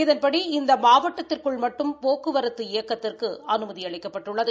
இதன்படி இந்த மாவட்டத்திற்குள் மட்டும் போக்குவரத்து இயக்கத்திற்கு அனுமதி அளிக்கப்பட்டுள்ளது